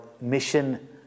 mission